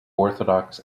orthodox